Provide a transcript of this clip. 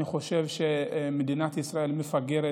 אני חושב שמדינת ישראל מפגרת